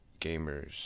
gamers